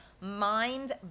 mind